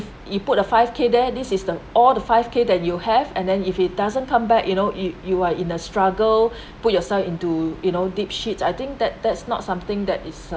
you put a five k there this is the all the five k that you have and then if it doesn't come back you know you you are in a struggle put yourself into you know deep shit I think that that's not something that is uh